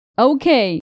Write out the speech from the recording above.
Okay